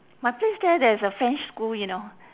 my place there there's a french school you know